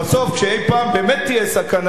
כשאי-פעם באמת תהיה הסכנה הזו,